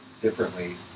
differently